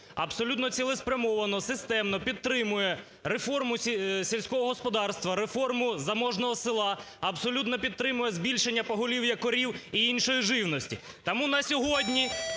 абсолютно цілеспрямовано, системно підтримує реформу сільського господарства, реформу заможного села, абсолютно підтримує збільшення поголів'я корів і іншої живності. Тому на сьогодні